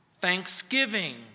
thanksgiving